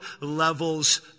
levels